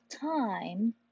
time